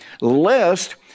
lest